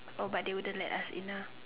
oh but they wouldn't let us in lah